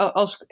als